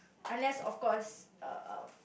unless of course uh